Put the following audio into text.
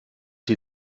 sie